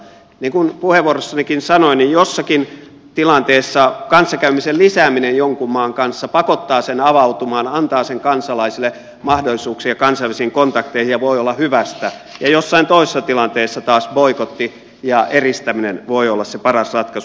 niin kuin puheenvuorossanikin sanoin jossakin tilanteessa kanssakäymisen lisääminen jonkun maan kanssa pakottaa sen avautumaan antaa sen kansalaisille mahdollisuuksia kansainvälisiin kontakteihin ja voi olla hyvästä ja jossain toisessa tilanteessa taas boikotti ja eristäminen voi olla se paras ratkaisu